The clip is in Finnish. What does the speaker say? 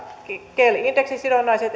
kel indeksisidonnaisia